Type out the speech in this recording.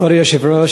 כבוד היושב-ראש,